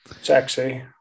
Sexy